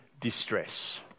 distress